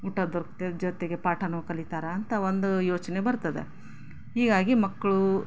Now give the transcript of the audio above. ಊಟ ದೊರಕುತ್ತೆ ಜೊತೆಗೆ ಪಾಠನೂ ಕಲಿತಾರೆ ಅಂತ ಒಂದು ಯೋಚನೆ ಬರ್ತದೆ ಹೀಗಾಗಿ ಮಕ್ಕಳು